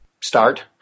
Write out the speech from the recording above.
start